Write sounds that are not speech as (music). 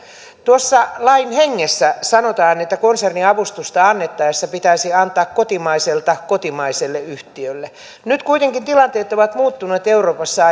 tuossa lain hengessä sanotaan että konserniavustusta annettaessa pitäisi antaa kotimaiselta kotimaiselle yhtiölle nyt kuitenkin tilanteet ovat muuttuneet euroopassa (unintelligible)